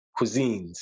cuisines